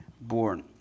born